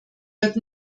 wird